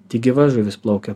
tik gyva žuvis plaukia